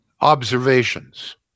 observations